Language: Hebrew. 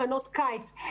מחנות קיץ,